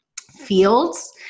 fields